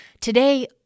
today